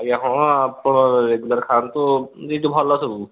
ଆଜ୍ଞା ହଁ ଆପଣ ରେଗୁଲାର ଖାଆନ୍ତୁ ଏଠି ଭଲ ସବୁ